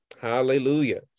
Hallelujah